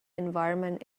environment